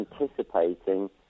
anticipating